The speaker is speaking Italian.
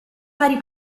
fari